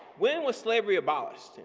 when was slavery abolished?